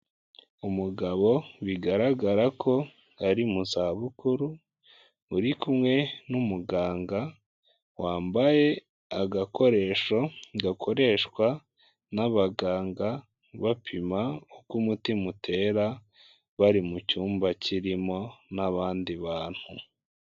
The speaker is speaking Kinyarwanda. Umugabo bigaragara ko ari mu zabukuru, uri kumwe n'umuganga wambaye agakoresho gakoreshwa n'abaganga bapima uko umutima utera, bari mu cyumba kirimo n'abandi bantu.